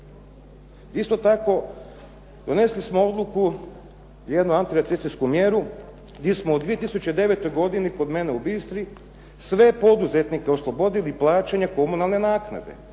Isto tako, donesli smo odluku, jednu antirecesijsku mjeru gdje smo u 2009. godini kod mene u Bistri sve poduzetnike oslobodili plaćanja komunalne naknade.